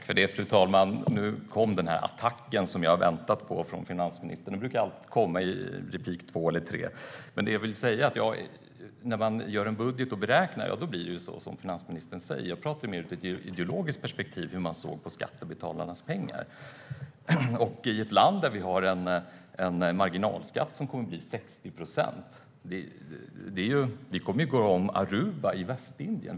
Fru talman! Nu kom den attack från finansministern som jag väntat på. Den brukar alltid komma i replik 2 eller 3. När man gör en budget och beräknar blir det så som finansministern säger. Jag pratar mer ur ett ideologiskt perspektiv om hur man såg på skattebetalarnas pengar. Vi bor i ett land där marginalskatten nu kommer att bli 60 procent. Vi kommer att gå om Aruba i Västindien.